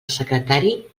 secretari